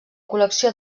col·lecció